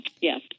Yes